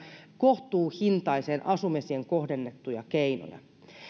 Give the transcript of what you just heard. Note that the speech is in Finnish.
kohtuuhintaiseen asumiseen kohdennettuja keinoja